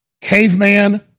caveman